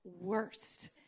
worst